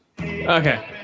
Okay